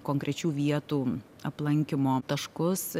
konkrečių vietų aplankymo taškus